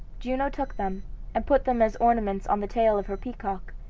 juno took them and put them as ornaments on the tail of her peacock,